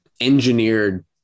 engineered